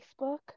Facebook